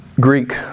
Greek